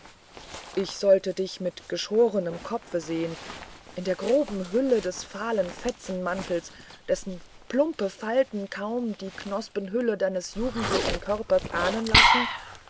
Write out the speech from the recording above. ich sollte dich geschorenen kopfes sehen in der groben hülle des fahlen fetzenmantels dessen plumpe falten kaum die knospenhülle deines jugendlich zarten körpers ahnen lassen